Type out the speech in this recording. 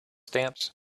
stamps